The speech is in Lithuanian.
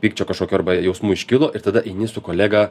pykčio kažkokio arba jausmų iškilo ir tada eini su kolega